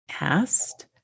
asked